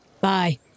bye